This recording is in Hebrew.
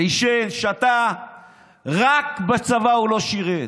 עישן, שתה, רק בצבא הוא לא שירת.